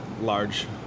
large